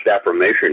affirmation